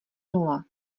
nula